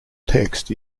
text